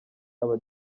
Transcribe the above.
aba